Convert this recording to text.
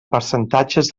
percentatges